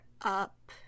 up